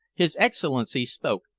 his excellency spoke,